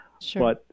Sure